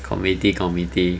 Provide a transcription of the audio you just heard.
community committee